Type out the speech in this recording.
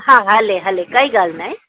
हा हले हले काई ॻाल्हि नाहे